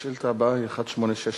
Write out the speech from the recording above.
השאילתא הבאה היא מס' 1861,